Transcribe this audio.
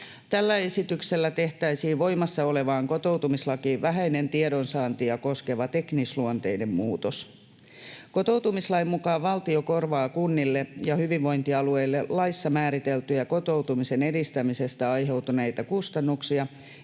Tällä esityksellä tehtäisiin voimassa olevaan kotoutumislakiin vähäinen tiedonsaantia koskeva teknisluonteinen muutos. Kotoutumislain mukaan valtio korvaa kunnille ja hyvinvointialueille laissa määriteltyjä kotoutumisen edistämisestä aiheutuneita kustannuksia,